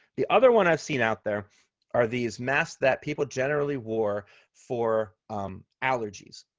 the other one i've seen out there are these masks that people generally wore for allergies.